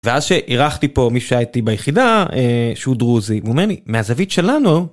ואז שאירחתי פה מי שהיה איתי ביחידה שהוא דרוזי והוא אומר לי מהזווית שלנו.